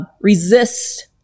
resist